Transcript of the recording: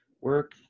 work